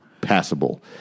passable